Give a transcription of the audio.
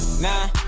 Nah